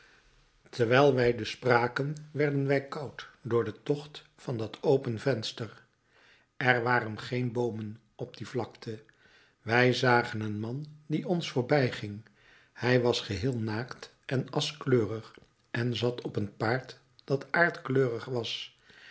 terwijl wij dus spraken werden wij koud door den tocht van dat open venster er waren geen boomen op die vlakte wij zagen een man die ons voorbijging hij was geheel naakt en aschkleurig en zat op een paard dat aardkleurig was